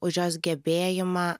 už jos gebėjimą